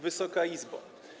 Wysoka Izbo!